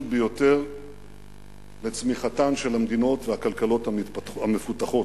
ביותר לצמיחתן של המדינות והכלכלות המפותחות.